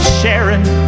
sharing